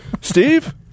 Steve